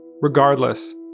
Regardless